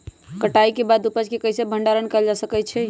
कटाई के बाद उपज के कईसे भंडारण कएल जा सकई छी?